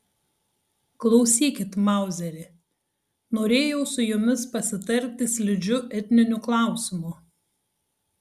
klausykit mauzeri norėjau su jumis pasitarti slidžiu etniniu klausimu